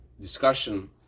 discussion